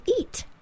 eat